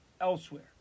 elsewhere